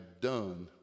done